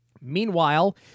Meanwhile